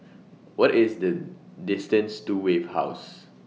What IS The distance to Wave House